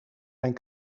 mijn